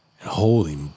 Holy